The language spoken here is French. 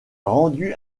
rendu